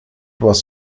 was